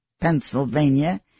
Pennsylvania